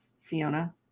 Fiona